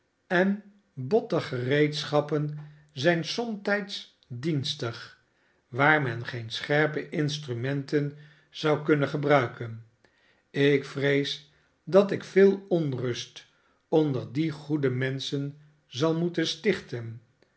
en botte gereedschappen zijn somtijds dienstig waar men geen scherpe instrumenten zou kunnen gebruiken ik vrees dat ik veel onrust onder die goede menschen zal moeten stichten